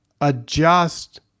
adjust